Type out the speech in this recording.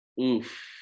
oof